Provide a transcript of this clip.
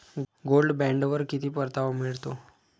Gold बॉण्डवर किती परतावा मिळतो?